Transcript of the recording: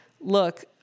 look